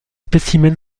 spécimen